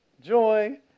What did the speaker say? joy